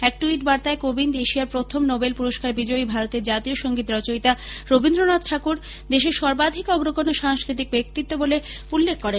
এক ট্যইট বাৰ্তায় কোবিন্দ এশিয়ার প্ৰথম নোবেল পুরস্কার বিজয়ী ও ভারতের জাতীয় সঙ্গীত রচয়িতা রবীন্দ্রনাথ ঠাকুর দেশের সর্বাধিক অগ্রগণ্য সাংস্কৃতিক ব্যক্তিত্ব বলে উল্লেখ করেন